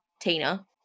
Tina